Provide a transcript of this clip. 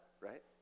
right